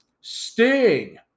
Sting